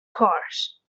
cars